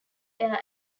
air